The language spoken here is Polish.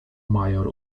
major